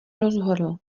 rozhodl